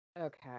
Okay